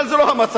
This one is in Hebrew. אבל זה לא המצב.